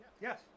yes